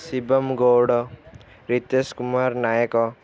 Shivam Gaud Ritesh Kumar Nayak